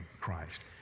Christ